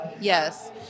Yes